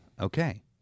Okay